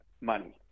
money